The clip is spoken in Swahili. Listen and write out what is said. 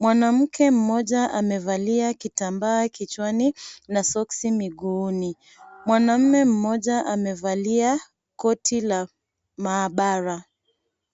Mwanamke mmoja amevalia kitambaa kichwani na soksi miguuni. Mwanaume mmoja amevalia koti la maabara.